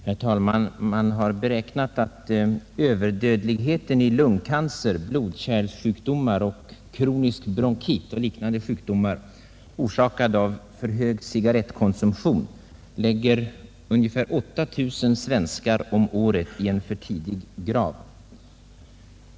Herr talman! Man har beräknat att överdödligheten i lungcancer, blodkärlssjukdomar, kronisk bronkit och liknande sjukdomar, orsakade av för hög cigarrettkonsumtion, lägger ungefär 8 000 svenskar om året i en för tidig grav.